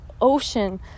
ocean